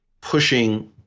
pushing